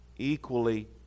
Equally